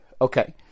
Okay